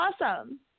awesome